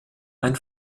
ein